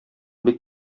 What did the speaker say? бик